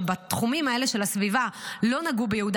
שבתחומים האלה של הסביבה לא נגעו ביהודה